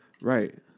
Right